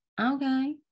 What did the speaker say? okay